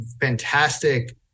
fantastic